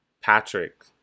Patrick